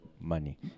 money